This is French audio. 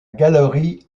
galerie